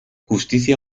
justicia